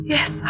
Yes